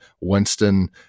Winston